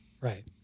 right